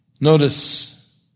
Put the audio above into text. Notice